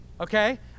Okay